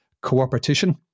cooperation